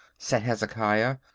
said hezekiah,